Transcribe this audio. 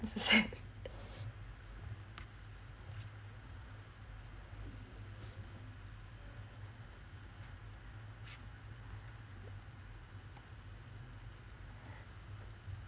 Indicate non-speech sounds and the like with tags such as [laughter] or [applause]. [noise]